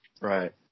Right